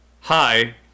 Hi